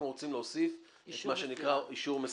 רוצים להוסיף את מה שנקרא אישור מסירה.